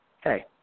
hey